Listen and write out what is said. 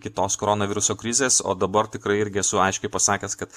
kitos koronaviruso krizės o dabar tikrai irgi esu aiškiai pasakęs kad